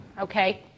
okay